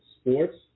sports